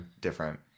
different